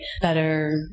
better